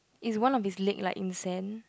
is one of his leg like in sand